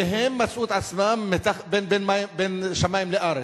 והם מצאו את עצמם בין שמים לארץ.